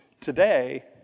Today